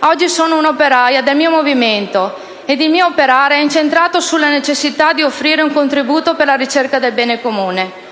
oggi sono un'operaia del mio movimento ed il mio operare è incentrato sulla necessità di offrire un contributo per la ricerca del bene comune.